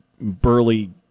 burly